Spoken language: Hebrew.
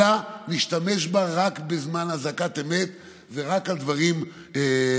אלא להשתמש בה רק בזמן אזעקת אמת ורק על דברים נכונים.